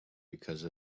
because